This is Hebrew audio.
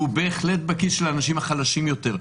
ובהחלט בכיס של האנשים החלשים יותר.